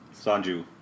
Sanju